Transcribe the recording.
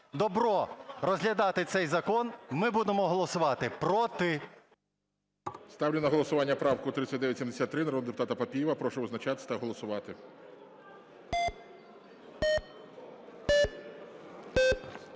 добро розглядати цей закон, ми будемо голосувати проти.